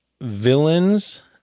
villains